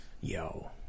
Yo